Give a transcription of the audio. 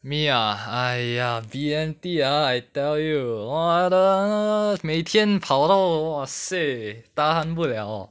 me ah !aiya! B_M_T ah I tell you !wah! don't kno~ 每天跑到 !wahseh! tahan 不 liao